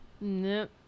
Nope